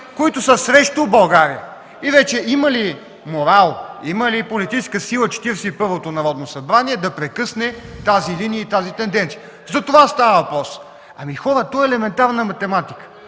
които са срещу България. Има ли морал, има ли политическа сила Четиридесет и първото Народно събрание да прекъсне тази линия и тази тенденция? За това става въпрос. Ами, хора, то е елементарна математика: